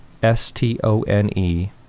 S-T-O-N-E